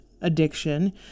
addiction